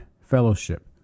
fellowship